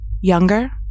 Younger